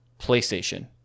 PlayStation